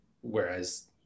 Whereas